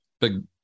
big